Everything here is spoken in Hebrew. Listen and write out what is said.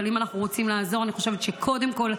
אבל אם אנחנו רוצים לעזור אני חושבת שקודם כול,